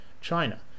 China